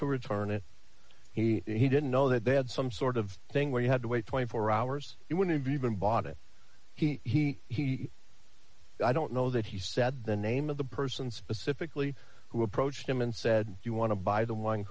to return it he didn't know that they had some sort of thing where you had to wait twenty four hours he wouldn't even bought it he he i don't know that he said the name of the person specifically who approached him and said you want to buy the